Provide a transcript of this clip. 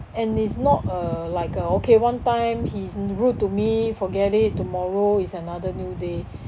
and it's not uh like uh okay one time he's rude to me forget it tomorrow is another new day